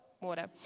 Water